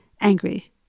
angry